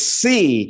see